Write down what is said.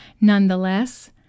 Nonetheless